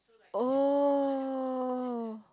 oh